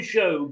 Show